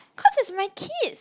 because it's my kid